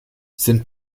sind